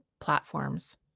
platforms